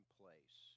place